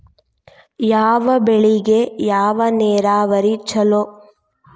ಯಾವ ಬೆಳಿಗೆ ಯಾವ ನೇರಾವರಿ ಛಲೋ?